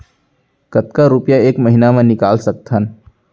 कतका रुपिया एक महीना म निकाल सकथन?